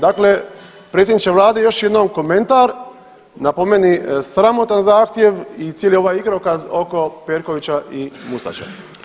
Dakle, predsjedniče Vlade još jednom komentar na po meni sramotan zahtjev i cijeli ovaj igrokaz oko Perkovića i Mustača.